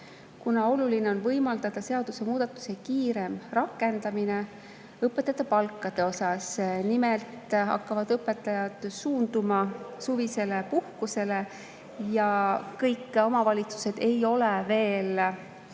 kuna oluline on võimaldada seadusemuudatuse kiirem rakendamine õpetajate palkade osas. Nimelt hakkavad õpetajad suunduma suvisele puhkusele ja kõik omavalitsused ei ole veel palku